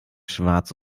schwarz